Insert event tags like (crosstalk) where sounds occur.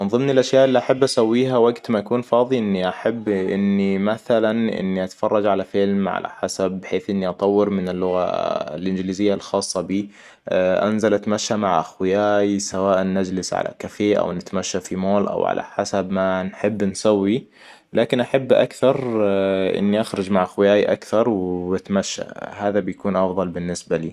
من ضمن الأشياء اللي أحب أسويها وقت ما يكون فاضي إني أحب إني مثلاً إني أتفرج على فيلم على حسب بحيث إني أطور من اللغة الإنجليزية الخاصة بي انزل أتمشي مع اخوياي سواء نجلس على كافيه او نتمشى في مول او على حسب ما نحب نسوي لكن أحب أكثر (hesitation) إني اخرج مع إخوياي أكثر وأتمشى هذا بيكون أفضل بالنسبة لي